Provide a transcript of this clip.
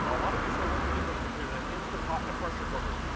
and a lot of you say what's the difference between an instant pot and a pressure cooker.